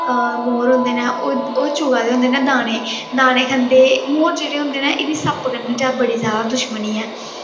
हां मोर होंदे ना ओह् चुगा दे होंदे ना दाने दाने खंदे मोर जेहडे़ होंदे न इनेंगी सप्प कन्नै बड़ी ज्यादा दुश्मनी होंदी ऐ